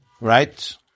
Right